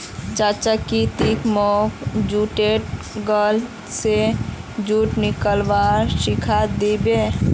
चाचा की ती मोक जुटेर गाछ स जुट निकलव्वा सिखइ दी बो